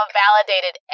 validated